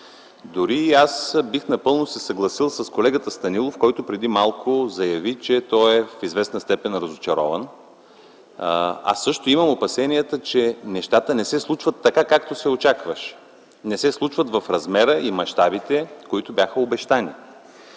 се съгласил напълно с колегата Станилов, който преди малко заяви, че в известна степен е разочарован. Също имам опасения, че нещата не се случват така, както се очакваше, не се случват в размера и в мащабите, които бяха обещани.